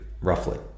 roughly